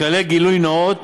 לכללי גילוי נאות,